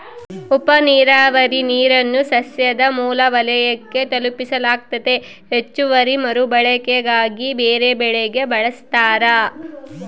ಉಪನೀರಾವರಿ ನೀರನ್ನು ಸಸ್ಯದ ಮೂಲ ವಲಯಕ್ಕೆ ತಲುಪಿಸಲಾಗ್ತತೆ ಹೆಚ್ಚುವರಿ ಮರುಬಳಕೆಗಾಗಿ ಬೇರೆಬೆಳೆಗೆ ಬಳಸ್ತಾರ